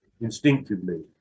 instinctively